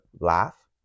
laugh